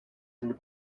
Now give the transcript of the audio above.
and